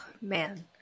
man